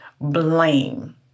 blame